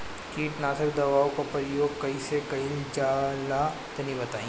कीटनाशक दवाओं का प्रयोग कईसे कइल जा ला तनि बताई?